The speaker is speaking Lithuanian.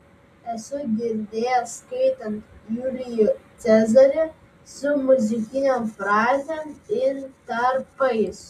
esu girdėjęs skaitant julijų cezarį su muzikinėm frazėm intarpais